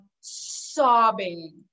sobbing